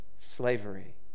Slavery